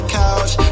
couch